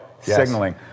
signaling